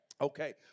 Okay